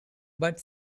but